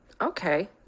Okay